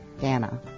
Dana